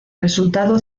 resultado